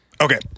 Okay